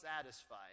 satisfied